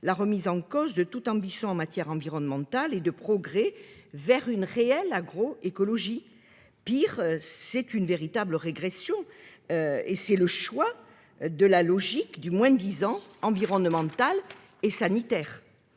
la remise en cause de toute ambition en matière environnementale et de progrès vers une réelle agroécologie. Pire, c'est une véritable régression et le choix de la logique du moins-disant environnemental et sanitaire.